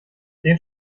den